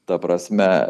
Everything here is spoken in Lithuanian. ta prasme